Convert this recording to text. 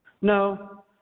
No